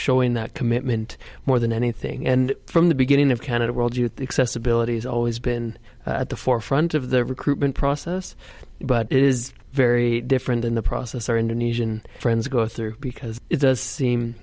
showing that commitment more than anything and from the beginning of canada world youth accessibility has always been at the forefront of the recruitment process but is very different than the process or indonesian friends go through because it does seem